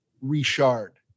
Richard